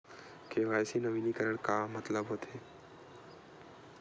KYC नवीनीकरण के मतलब का होथे?